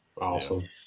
Awesome